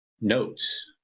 notes